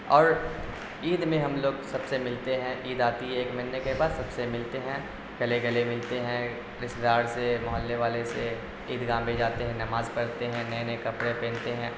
اور عید میں ہم لوگ سب سے ملتے ہیں عید آتی ہے ایک مہینے کے بعد سب سے ملتے ہیں گلے گلے ملتے ہیں رشتے دار سے محلے والے سے عید گاہ میں جاتے ہیں نماز پڑھتے ہیں نئے نئے کپڑے پہنتے ہیں